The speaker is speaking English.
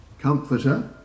comforter